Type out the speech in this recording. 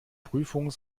prüfung